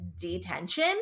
detention